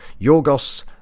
Yorgos